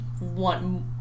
want